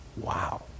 Wow